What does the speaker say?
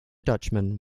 dutchman